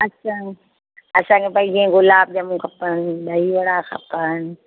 अछा असांखे भई जीअं गुलाब जामुन खपनि दही वडा खपनि